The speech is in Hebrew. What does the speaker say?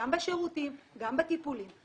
גם בשירותים, גם בטיפולים.